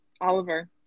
Oliver